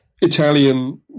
Italian